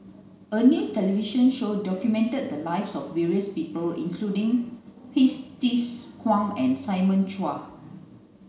a new television show documented the lives of various people including Hsu Tse Kwang and Simon Chua